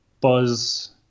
buzz